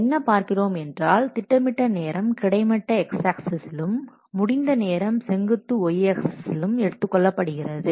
என்ன பார்க்கிறோம் என்றால் திட்டமிட்ட நேரம் கிடைமட்ட x ஆக்சிஸிலும் முடிந்த நேரம் செங்குத்து y ஆக்சிஸிலும் எடுத்துக்கொள்ளப்படுகிறது